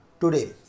today